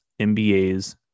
MBA's